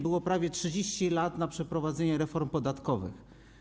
Było prawie 30 lat na przeprowadzenie reform podatkowych.